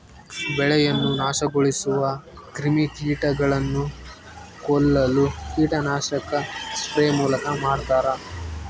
ಬೆಳೆಯನ್ನು ನಾಶಗೊಳಿಸುವ ಕ್ರಿಮಿಕೀಟಗಳನ್ನು ಕೊಲ್ಲಲು ಕೀಟನಾಶಕ ಸ್ಪ್ರೇ ಮೂಲಕ ಮಾಡ್ತಾರ